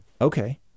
okay